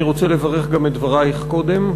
אני רוצה לברך גם על דברייך קודם.